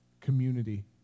community